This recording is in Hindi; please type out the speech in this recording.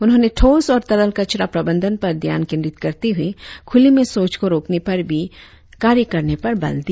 उन्होंने ठोस और तरल कचरा प्रबंधन पर ध्यान केंद्रित करते हुए खुले में शौच को रोकने पर भी कार्य करने पर बल दिया